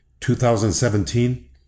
2017